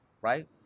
right